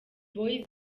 boyz